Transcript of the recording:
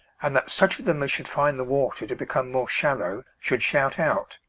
and that such of them as should find the water to become more shallow, should shout out.